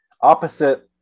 opposite